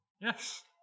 yes